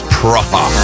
proper